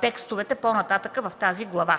текстовете по-нататък в тази глава.